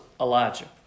Elijah